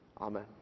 Amen